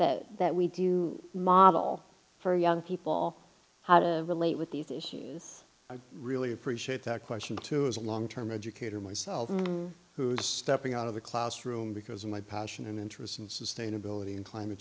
that that we do model for young people how to relate with these issues i really appreciate that question too is a long term educator myself who is stepping out of the classroom because my passion and interest and sustainability and climate